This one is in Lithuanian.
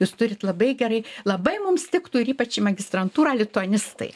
jūs turit labai gerai labai mums tiktų ir ypač į magistrantūrą lituanistai